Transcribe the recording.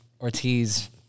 Ortiz